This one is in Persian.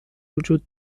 وجود